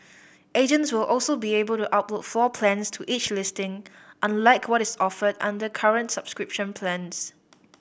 agents will also be able to upload floor plans to each listing unlike what is offered under current subscription plans